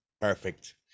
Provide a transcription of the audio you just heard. perfect